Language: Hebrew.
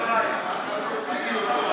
הצעת החוק הזאת